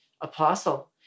apostle